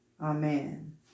Amen